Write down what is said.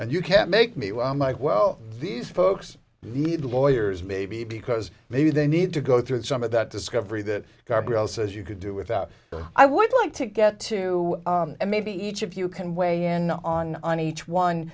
and you can't make me well i'm like well these folks need lawyers maybe because maybe they need to go through some of that discovery that gabriele says you could do without i would like to get to maybe each of you can weigh in on on each one